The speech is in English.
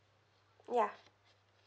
ya